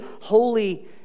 holy